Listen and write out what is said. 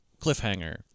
Cliffhanger